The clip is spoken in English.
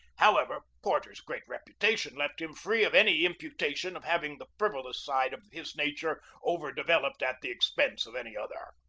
however, porter's great reputation left him free of any impu tation of having the frivolous side of his nature over developed at the expense of any other.